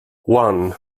one